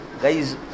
Guys